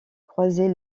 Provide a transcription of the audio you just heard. croiser